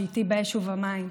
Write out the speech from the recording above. שהיא איתי באש ובמים.